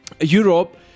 europe